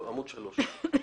סעיף 25ב1(א),